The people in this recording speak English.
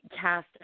cast